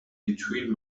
between